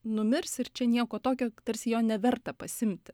numirs ir čia nieko tokio tarsi jo neverta pasiimti